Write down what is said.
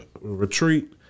retreat